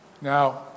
Now